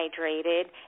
hydrated